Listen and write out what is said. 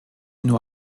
nur